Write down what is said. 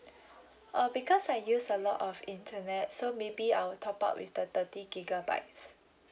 uh because I use a lot of internet so maybe I will top up with the thirty gigabytes